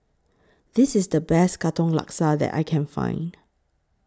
This IS The Best Katong Laksa that I Can Find